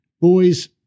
Boys